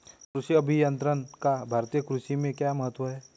कृषि अभियंत्रण का भारतीय कृषि में क्या महत्व है?